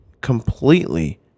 completely